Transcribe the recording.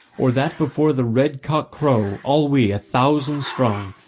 or that before the red cock crow all we, a thousand strong,